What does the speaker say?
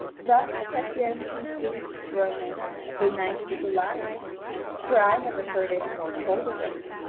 thus chretien concludes his romance of the knight with the lion for i never heard any more told of it,